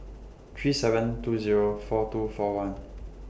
three seven two Zero four two four one